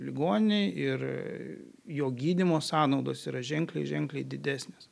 ligoninėj ir jo gydymo sąnaudos yra ženkliai ženkliai didesnės